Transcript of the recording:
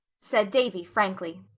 said davy frankly.